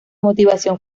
motivación